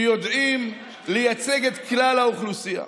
שיודעים לייצג את כלל האוכלוסייה,